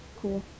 Cool